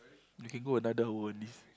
we can go another hour on this